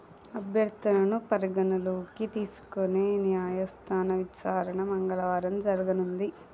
అభ్యర్థనను పరిగణనలోకి తీసుకుని న్యాయస్థాన విచారణ మంగళవారం జరగనుంది